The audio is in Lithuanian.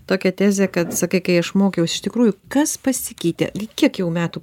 tokią tezę kad sakai kai aš mokiaus iš tikrųjų kas pasikeitė lyg kiek jau metų